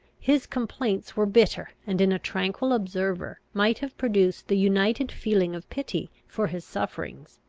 his complaints were bitter and, in a tranquil observer, might have produced the united feeling of pity for his sufferings,